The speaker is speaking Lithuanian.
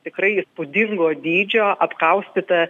tikrai įspūdingo dydžio apkaustyta